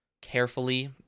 carefully